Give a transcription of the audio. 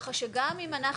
ככה שגם אם אנחנו